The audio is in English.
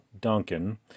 Duncan